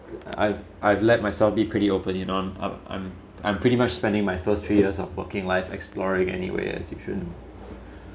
I've I've let myself be pretty open in on I'm I'm I'm pretty much spending my first three years of working life exploring anyway as you should